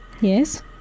Yes